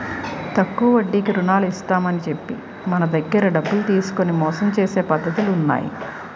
తక్కువ వడ్డీకి రుణాలు ఇస్తామని చెప్పి మన దగ్గర డబ్బులు తీసుకొని మోసం చేసే పద్ధతులు ఉన్నాయి